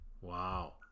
Wow